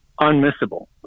unmissable